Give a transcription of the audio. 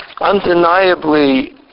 undeniably